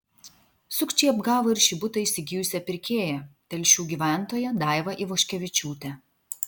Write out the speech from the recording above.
sukčiai apgavo ir šį butą įsigijusią pirkėją telšių gyventoją daivą ivoškevičiūtę